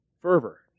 fervor